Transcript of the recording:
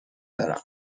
دارم